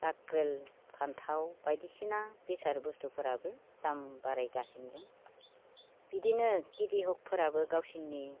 काकोल फान्थाव बायदिसिना बेसाद बुस्तुफोराबो दाम बारायगासिनो दं बिदिनो खेतियकफोराबो गावसोरनि